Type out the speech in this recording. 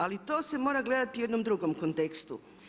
Ali to se mora gledati u jednom drugom kontekstu.